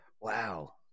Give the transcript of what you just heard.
Wow